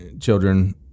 children